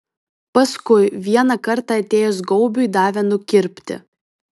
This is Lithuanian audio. paskui vieną kartą atėjus gaubiui davė nukirpti